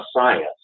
science